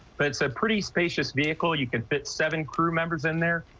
but so pretty spacious vehicle you can get seven crew members in there.